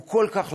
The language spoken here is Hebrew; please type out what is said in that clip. הוא כל כך לחוץ,